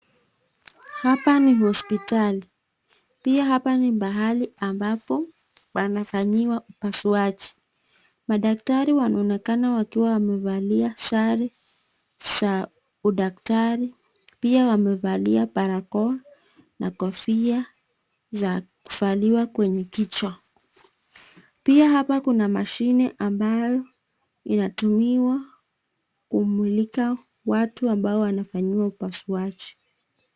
Hapa ni hospitali, pia hapa ni mahali ambapo wanafanyiwa upasuaji. Madaktari wanaonekana wakiwa wamevalia sare za udaktari pia wamevalia barakoa na kofia za kuvaliwa kwenye kichwa. Pia hapa kuna mashine ambayo inatumiwa kumulika watu ambao wanafanyiwa upasuaji.